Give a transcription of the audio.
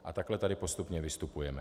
A takto tady postupně vystupujeme.